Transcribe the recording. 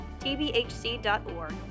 tbhc.org